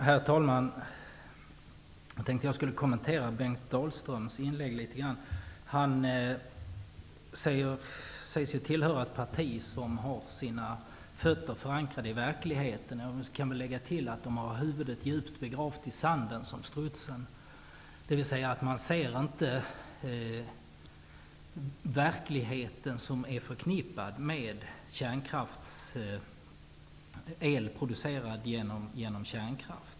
Herr talman! Jag skall först något kommentera Bengt Dalströms inlägg. Han säger sig tillhöra ett parti som har sina fötter förankrade i verkligheten. Jag kan lägga till att man har huvudet djupt begravt i sanden, som strutsen. Man ser alltså inte den verklighet som är förknippad med el producerad genom kärnkraft.